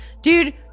dude